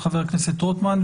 חבר הכנסת רוטמן,